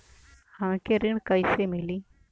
हमके ऋण कईसे मिली?